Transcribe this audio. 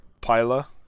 pila